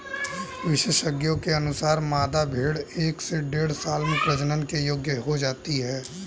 विशेषज्ञों के अनुसार, मादा भेंड़ एक से डेढ़ साल में प्रजनन के योग्य हो जाती है